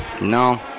No